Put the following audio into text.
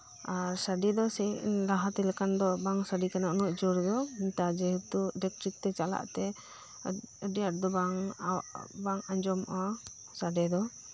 ᱟᱨ ᱥᱟᱰᱮᱹ ᱫᱚ ᱞᱟᱦᱟᱛᱮ ᱞᱮᱠᱟ ᱫᱚ ᱵᱟᱝ ᱥᱟᱰᱮᱹ ᱠᱟᱱᱟ ᱩᱱᱟᱹᱜ ᱡᱳᱨ ᱫᱚ ᱱᱮᱛᱟᱨ ᱡᱮᱦᱮᱛᱩ ᱤᱞᱮᱠᱴᱨᱤᱠ ᱛᱮ ᱪᱟᱞᱟᱜ ᱛᱮ ᱟᱹᱰᱤ ᱟᱸᱴ ᱫᱚ ᱵᱟᱝ ᱟᱸᱡᱚᱢᱚᱜᱼᱟ ᱥᱟᱰᱮᱹ ᱫᱚ